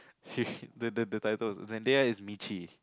the the the title Zendaya is Meechee